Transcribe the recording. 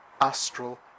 astral